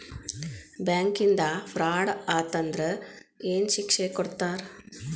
ಬ್ಯಾಂಕಿಂದಾ ಫ್ರಾಡ್ ಅತಂದ್ರ ಏನ್ ಶಿಕ್ಷೆ ಕೊಡ್ತಾರ್?